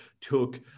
took